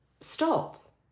stop